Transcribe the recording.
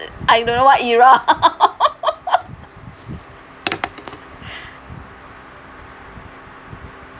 I don't know what era